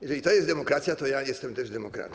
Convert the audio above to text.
Jeżeli to jest demokracja, to ja jestem też demokratą.